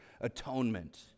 atonement